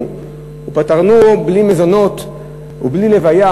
ופטרנוהו בלי מזונות ובלי לוויה,